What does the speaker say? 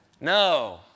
No